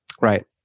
Right